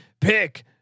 pick